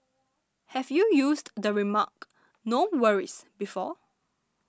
have you used the remark no worries before